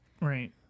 Right